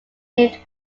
named